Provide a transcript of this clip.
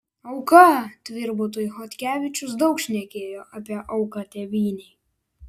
auka tvirbutui chodkevičius daug šnekėjo apie auką tėvynei